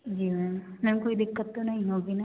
जी ma'am ma'am कोई दिक्कत तो नहीं होगी ना